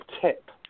tip